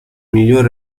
miglior